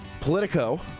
Politico